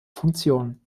funktion